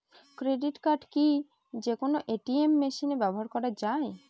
Credit card কি যে কোনো এ.টি.এম মেশিনে ব্যবহার করা য়ায়?